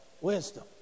wisdom